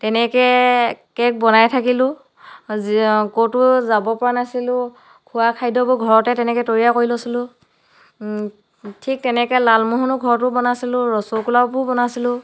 তেনেকে কেক বনাই থাকিলোঁ যি ক'তো যাব পৰা নাছিলোঁ খোৱা খাদ্যবোৰ ঘৰতে তেনেকে তৈয়াৰ কৰি লৈছিলোঁ ঠিক তেনেকে লালমোহনো ঘৰতো বনাইছিলোঁ ৰসগোল্লাবোৰ বনাইছিলোঁ